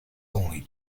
only